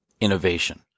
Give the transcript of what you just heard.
innovation